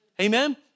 Amen